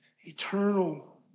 eternal